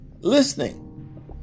listening